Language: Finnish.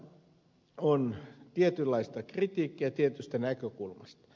tämä on tietynlaista kritiikkiä tietystä näkökulmasta